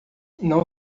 não